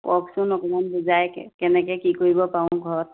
কওকচোন অকণমান বুজাই কেনেকে কি কৰিব পাৰোঁ ঘৰত